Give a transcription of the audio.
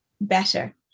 better